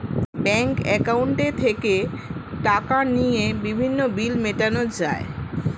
bank অ্যাকাউন্টে থেকে টাকা নিয়ে বিভিন্ন বিল মেটানো যায়